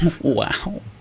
Wow